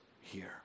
here